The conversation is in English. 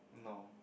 no